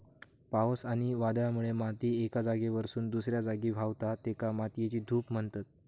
पावस आणि वादळामुळे माती एका जागेवरसून दुसऱ्या जागी व्हावता, तेका मातयेची धूप म्हणतत